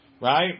Right